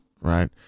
right